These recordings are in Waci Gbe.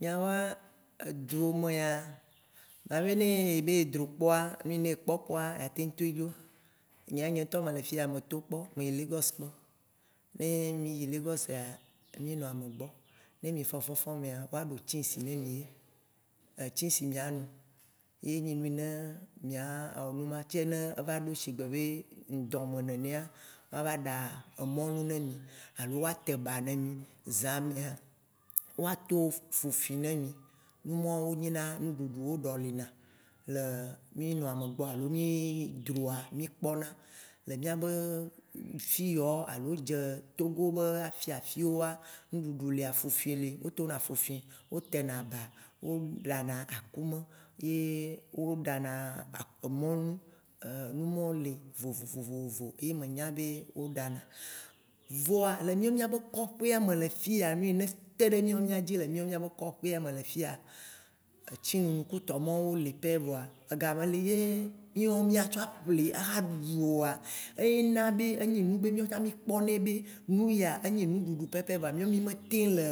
Nyawoa, edzuwo mea, ma be ne ebe ye dro kpoa, nu yi ne ekpɔkpoa, ya teŋ toe dzro. Nyea nye ŋtɔ mele fiya meto kpɔ, meyi Lagos kpɔ. Ne mì yi Lagosa mì nɔ amegbɔ. Ne mí fɔ̃ fɔ̃fɔ̃mea, woaɖo tsiŋsi ne mi ye. Tsiŋsi mia nu, ye nye nu yi ne mìa wɔ nu ma, ne eva ɖo sgbe be ŋdɔ me nenea, woava ɖa mɔlu ne mì, alo woa te ba ne mì, zã mea, woato fufu ne mi, numɔwoa nyina nuɖuɖu wo ɖɔlina, le mì nɔ amegbɔ alo mì droa mì kpɔna. Le mìabe fiyawo dze Togo be afi afiwoa, ŋɖuɖu yi lea fufu li wo tona fufui, wo tena ba, wo ɖana akume, ye wo ɖana mɔlu. Numɔwo li vovovovo ye me nya be wò ɖana. Vɔa le mìawo mìabe koƒea me le fiya, nu yi ne te ɖe mìa dzi le mìɔ mìabe kɔƒea me le fiya, etsi nunu kudo tɔ mɔwo li pɛ voa, ega me li ye miɔ miatsɔa aƒli axa ɖu o oa, eye na be, enyi nu be mìawo tsã mì kpɔnɛ be nu ya enyi nuɖuɖu pɛpɛ vɔa mìɔ mì me teŋ le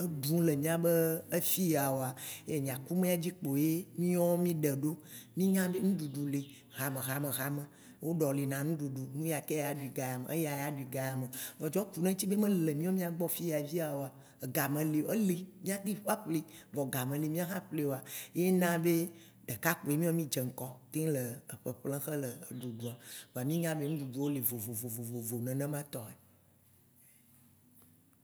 eɖum le mìabe fiya oa, ye nyi akumea dzi kpoa mìawo ya mì ɖeɖo. Mì yna be nuɖuɖu li hame hame hame woɖɔli na nuɖuɖu, nuya ke aɖui ga ya me, eya aɖui ga ya me. Vɔ tsɔ kuɖe eŋti be mele mìagbɔ fiya via oa, ega me li o eli mìateŋ aƒli vɔ ga meli mìa xa ƒli oa, ye na be ɖeka kpoe mìawo mì dze ŋgɔ teŋ le ƒeƒlem yele ɖuɖum. Vɔa mì nya be enuɖuɖuwo li vovovo nenema tɔ he.